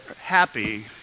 happy